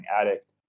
addict